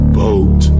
boat